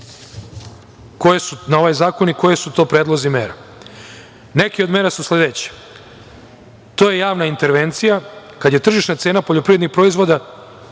vratim na ovaj zakon i koje su to predlozi mera. Neke od mera su sledeće: to je javna intervencija kada je tržišna cena poljoprivrednih proizvoda